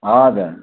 हजुर